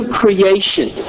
creation